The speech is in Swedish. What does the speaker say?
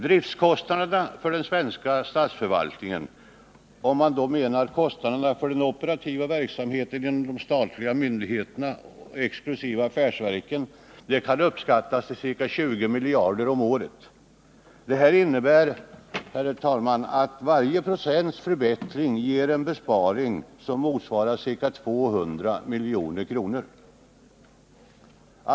”Driftkostnaderna” för den svenska statsförvaltningen, dvs. kostnaderna för den operativa verksamheten inom de statliga myndigheterna exkl. affärsverken, kan uppskattas till ca 20 miljarder kronor per år. Detta innebär, herr talman, att varje procents förbättring motsvarar en besparing på ca 200 milj.kr. per år.